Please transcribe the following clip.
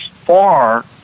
far